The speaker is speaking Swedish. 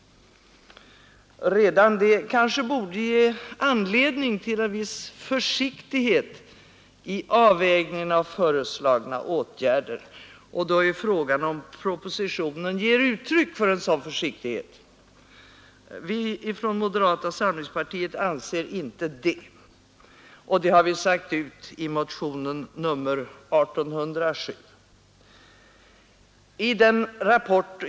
Redan detta borde kanske ge anledning till en viss försiktighet i avvägningen av föreslagna åtgärder. Då är frågan om propositionen ger uttryck för en sådan försiktighet. Vi från moderata samlingspartiet anser inte det, och det har vi sagt ut i motionen 1807.